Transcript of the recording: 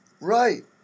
Right